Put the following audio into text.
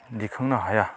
दिखांनो हाया